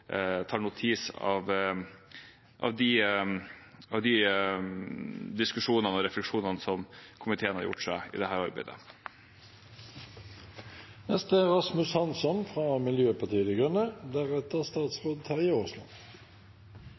tar notis av de diskusjonene og refleksjonene som komiteen har gjort seg i dette arbeidet. I dag blir det